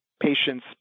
patients